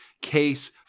case